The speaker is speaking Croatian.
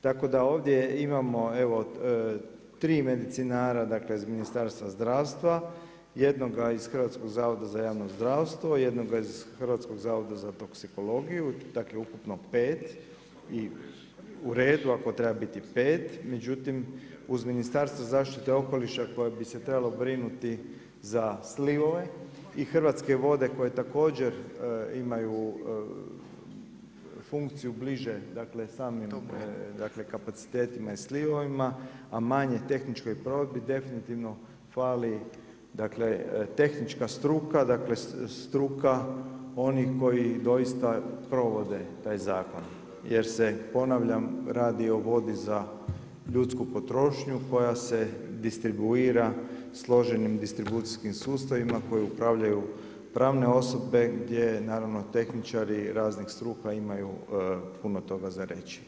Tako da ovdje imamo tri medicinara iz Ministarstva zdravstva, jednoga iz Hrvatskoga zavoda za javno zdravstvo, jednoga iz Hrvatskog zavoda za toksikologiju dakle ukupno pet, uredu ako treba biti pet, međutim uz Ministarstvo zaštite okoliša koje bi se trebalo brinuti za slivove i Hrvatske vode koje također imaju funkciju bliže samim kapacitetima i slivovima, a manje tehničkoj probi definitivno fali tehnička struka dakle struka onih koji doista provode taj zakon jer se ponavljam, radi o vodi za ljudsku potrošnju koja se distribuira složenim distribucijskim sustavima, koje upravljaju pravne osobe, gdje naravno tehničari raznih struka imaju puno toga za reći.